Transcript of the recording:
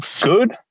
good